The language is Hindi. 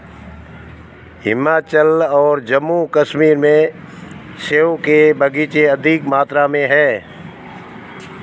हिमाचल और जम्मू कश्मीर में सेब के बगीचे अधिक मात्रा में है